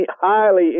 highly